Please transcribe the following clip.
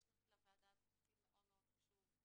יש לוועדה הזאת תפקיד מאוד מאוד חשוב,